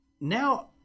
Now